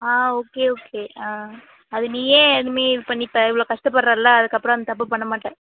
ஆ okay okay ஆ அது நீயே இனிமேல் இது பண்ணிப்பா இவ்வளோ கஷ்டப்படுறல்ல அதுக்கப்றம் அந்த தப்பு பண்ண மாட்ட